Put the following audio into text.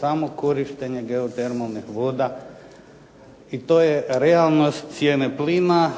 samo korištenje geotermalnih voda. I to je realnost cijene plina.